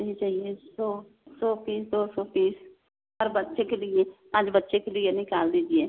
ऐसे ही चाहिए सौ सौ पीस दो सौ पीस और बच्चे के लिए पाँच बच्चे के लिए निकाल दीजिए